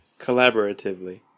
Collaboratively